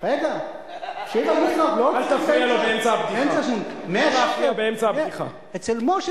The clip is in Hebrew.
זה הידרדרות של שורה שלמה של השירותים הציבוריים הניתנים לאזרחי